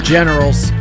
Generals